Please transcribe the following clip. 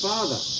Father